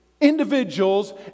individuals